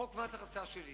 חוק מס הכנסה שלילי,